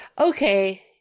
Okay